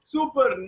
Super